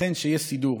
ייתכן שיש סידור,